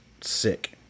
sick